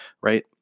Right